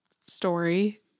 story